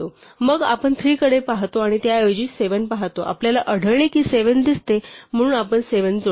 मग आपण 3 कडे पाहतो आणि त्याऐवजी 7 पाहतो आणि आपल्याला आढळले की 7 दिसते म्हणून आपण 7 जोडतो